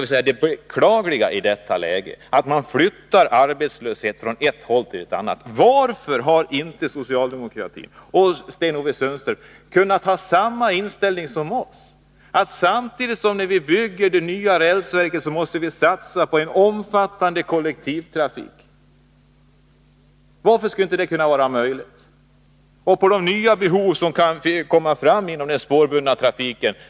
Vad som är beklagligt i detta läge är att man flyttar arbetslöshet från ett håll till ett annat. Varför har inte Sten-Ove Sundström och socialdemokratin kunnat ha samma inställning som vi, att man samtidigt som man bygger det nya rälsverket också måste satsa på en omfattande kollektivtrafik? Nya behov kan mycket snart komma fram inom den spårbundna trafiken.